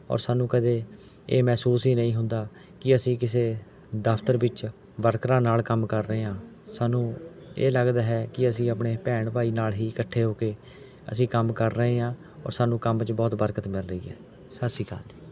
ਔਰ ਸਾਨੂੰ ਕਦੇ ਇਹ ਮਹਿਸੂਸ ਹੀ ਨਹੀਂ ਹੁੰਦਾ ਕਿ ਅਸੀਂ ਕਿਸੇ ਦਫ਼ਤਰ ਵਿੱਚ ਵਰਕਰਾਂ ਨਾਲ ਕੰਮ ਕਰ ਰਹੇ ਹਾਂ ਸਾਨੂੰ ਇਹ ਲੱਗਦਾ ਹੈ ਕਿ ਅਸੀਂ ਆਪਣੇ ਭੈਣ ਭਾਈ ਨਾਲ ਹੀ ਇਕੱਠੇ ਹੋ ਕੇ ਅਸੀਂ ਕੰਮ ਕਰ ਰਹੇ ਹਾਂ ਔਰ ਸਾਨੂੰ ਕੰਮ ਵਿੱਚ ਬਹੁਤ ਬਰਕਤ ਮਿਲ ਰਹੀ ਹੈ ਸਤਿ ਸ਼੍ਰੀ ਅਕਾਲ ਜੀ